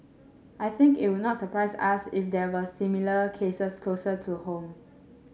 I think it would not surprise us if there were similar cases closer to home